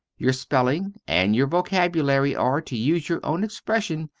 your spelling and your vocabulary are, to use your own expression,